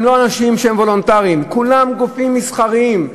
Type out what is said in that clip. הם לא אנשים וולונטריים, כולם גופים מסחריים.